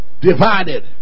Divided